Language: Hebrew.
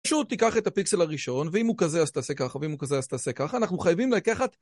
פשוט תיקח את הפיקסל הראשון ואם הוא כזה אז תעשה ככה ואם הוא כזה אז תעשה ככה אנחנו חייבים לקחת